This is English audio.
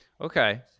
Okay